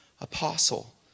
apostle